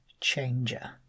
changer